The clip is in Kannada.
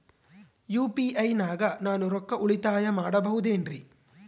ಯು.ಪಿ.ಐ ನಾಗ ನಾನು ರೊಕ್ಕ ಉಳಿತಾಯ ಮಾಡಬಹುದೇನ್ರಿ?